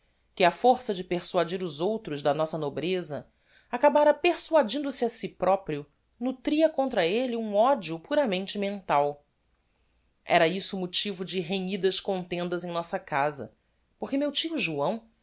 que á força de persuadir os outros da nossa nobreza acabara persuadindo se a si proprio nutria contra elle um odio puramente mental era isso motivo de renhidas contendas em nossa casa porque meu tio joão